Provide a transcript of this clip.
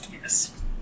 yes